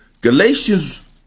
Galatians